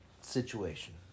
situation